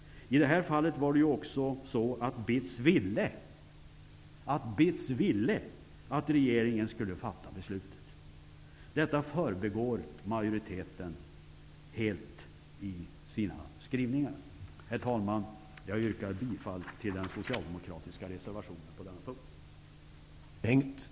I det här fallet ville BITS också att regeringen skulle fatta beslutet. Detta förbigår majoriteten helt i sina skrivningar. Herr talman! Jag yrkar bifall till den socialdemokratiska reservationen på den punkten.